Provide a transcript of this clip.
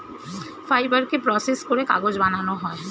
ফাইবারকে প্রসেস করে কাগজ বানানো হয়